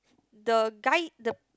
the guy the